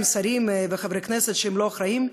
שרים וחברי כנסת שהם לא אחראיים,